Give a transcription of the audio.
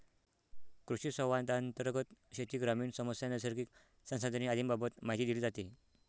कृषिसंवादांतर्गत शेती, ग्रामीण समस्या, नैसर्गिक संसाधने आदींबाबत माहिती दिली जाते